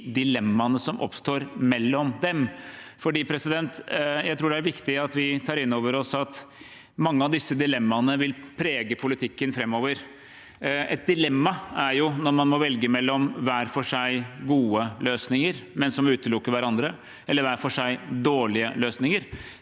dilemmaene som oppstår mellom dem. Jeg tror det er viktig at vi tar inn over oss at mange av disse dilemmaene vil prege politikken framover. Ett dilemma er når man må velge mellom hver for seg gode løsninger som utelukker hverandre, eller hver for seg dårlige løsninger.